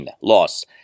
loss